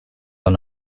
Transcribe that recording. dans